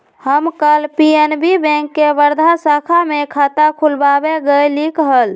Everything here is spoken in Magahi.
हम कल पी.एन.बी बैंक के वर्धा शाखा में खाता खुलवावे गय लीक हल